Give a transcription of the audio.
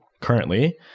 currently